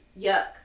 yuck